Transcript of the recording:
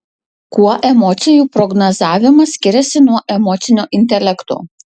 kuo emocijų prognozavimas skiriasi nuo emocinio intelekto